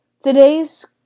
Today's